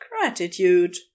gratitude